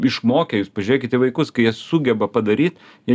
išmokę jūs pažiūrėkit vaikus kai jie sugeba padaryt jie